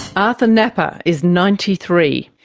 arthur napper is ninety three.